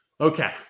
Okay